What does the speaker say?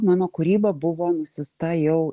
mano kūryba buvo nusiųsta jau